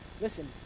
listen